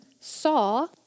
saw